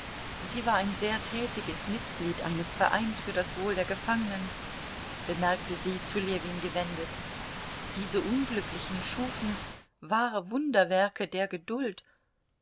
sie war ein sehr tätiges mitglied eines vereins für das wohl der gefangenen bemerkte sie zu ljewin gewendet diese unglücklichen schufen wahre wunderwerke der geduld